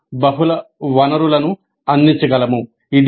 మేము బహుళ వనరులను అందించగలము